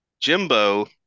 Jimbo